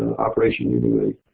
operation. you need